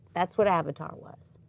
that's what avatar was.